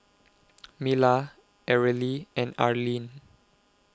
Mila Areli and Arleen